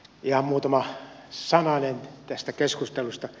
ihan muutama sananen tästä keskustelusta